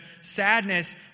sadness